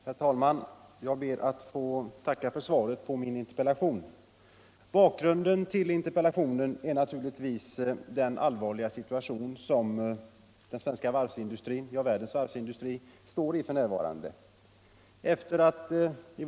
Herr talman! Jag ber att få tacka för svaret på min interpellation. Bakgrunden till interpellationen är naturligtvis den allvarliga situation som den svenska varvsindustrin, i likhet med varvsindustrin i världen i övrigt, f.n. befinner sig i.